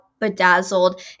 bedazzled